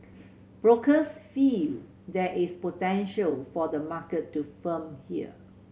brokers feel there is potential for the market to firm here